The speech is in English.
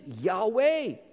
Yahweh